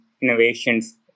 innovations